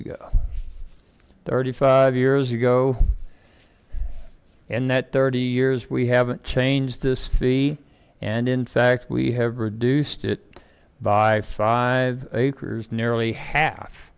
ago thirty five years ago and that thirty years we haven't changed this thirty and in fact we have reduced it by five acres nearly half